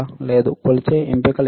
లేదు కొలిచే ఎంపిక లేదు